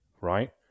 right